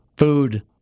Food